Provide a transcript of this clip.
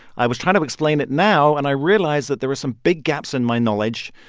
i was trying to explain it now, and i realized that there were some big gaps in my knowledge.